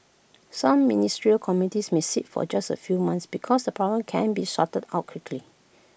some ministerial committees may sit for just A few months because the problems can be sorted out quickly